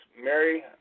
Mary